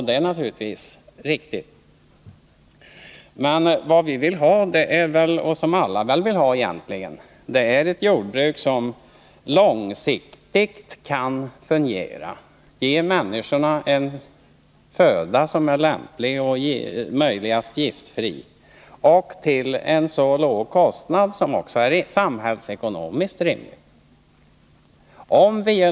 Det är naturligtvis riktigt, men det som vi och förmodligen alla vill ha är ett jordbruk som kan fungera långsiktigt, ett jordbruk som kan ge människorna en föda som är lämplig och i möjligaste mån giftfri till en så låg kostnad som samhällsekonomiskt är rimlig.